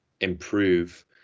improve